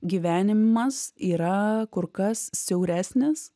gyvenimas yra kur kas siauresnis